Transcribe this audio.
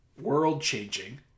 world-changing